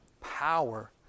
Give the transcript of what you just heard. power